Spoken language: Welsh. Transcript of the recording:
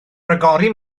rhagori